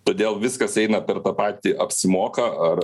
todėl viskas eina per tą patį apsimoka ar